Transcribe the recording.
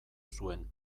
zuen